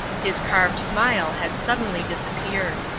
his carved smile had suddenly disappeared.